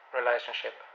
relationship